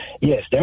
yes